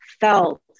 felt